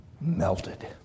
melted